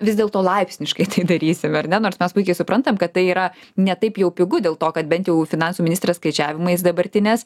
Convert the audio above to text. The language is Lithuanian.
vis dėlto laipsniškai tai darysime ar ne nors mes puikiai suprantam kad tai yra ne taip jau pigu dėl to kad bent jau finansų ministrės skaičiavimais dabartinės